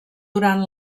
durant